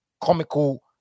comical